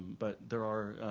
but there are